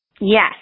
Yes